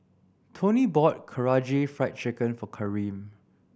Toni bought Karaage Fried Chicken for Karim